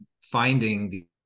finding